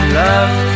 love